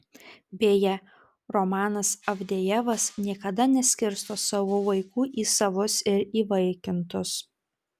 beje romanas avdejevas niekada neskirsto savo vaikų į savus ir įvaikintus